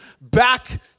back